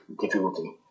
difficulty